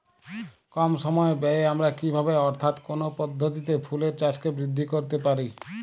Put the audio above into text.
কম সময় ব্যায়ে আমরা কি ভাবে অর্থাৎ কোন পদ্ধতিতে ফুলের চাষকে বৃদ্ধি করতে পারি?